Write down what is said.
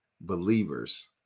believers